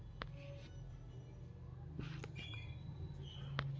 ಬೆಳಿ ವಿಮೆ ಮಾಡಿಸಿದ್ರ ಏನ್ ಛಲೋ ಆಕತ್ರಿ?